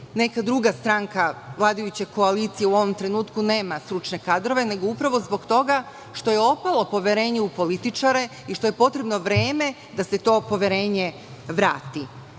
neka druga stranka vladajuće koalicije u ovom trenutku nema stručne kadrove, nego upravo zbog toga što je opalo poverenje u političare i što je potrebno vreme da se to poverenje vrati.